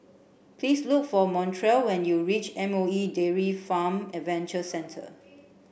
please look for Montrell when you reach M O E Dairy Farm Adventure Centre